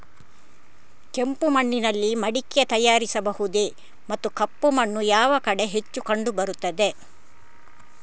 ಕೆಂಪು ಮಣ್ಣಿನಲ್ಲಿ ಮಡಿಕೆ ತಯಾರಿಸಬಹುದೇ ಮತ್ತು ಕಪ್ಪು ಮಣ್ಣು ಯಾವ ಕಡೆ ಹೆಚ್ಚು ಕಂಡುಬರುತ್ತದೆ?